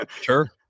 Sure